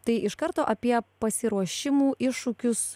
tai iš karto apie pasiruošimų iššūkius